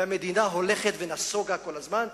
והמדינה הולכת ונסוגה כל הזמן,